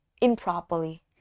improperly